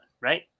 right